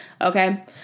okay